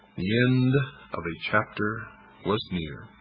the end of a chapter was near,